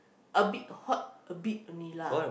a bit hot a bit only lah